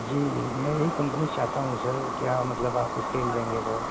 جی میں یہی کمپنی چاہتا ہوں سر کیا مطلب آپ اسکیل دیں گے سر